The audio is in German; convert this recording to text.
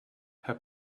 herr